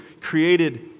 created